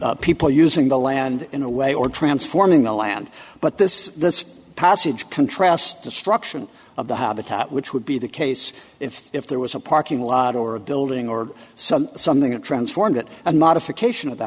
happened people using the land in a way or transforming the land but this this passage contrasts destruction of the habitat which would be the case if there was a parking lot or a building or some something that transformed it a modification of the